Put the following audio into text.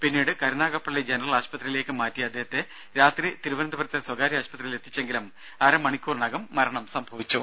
പിന്നീട് കരുനാഗപ്പള്ളി ജനറൽ ആശുപത്രിയിലേക്ക് മാറ്റിയ അദ്ദേഹത്തെ ആശുപത്രിയിൽ രാത്രി തിരുവന്തപുരത്തെ സ്വകാര്യ എത്തിച്ചെങ്കിലും അരമണിക്കൂറിനകം മരണം സംഭവിച്ചു